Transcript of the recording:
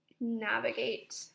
navigate